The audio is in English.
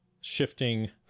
shifting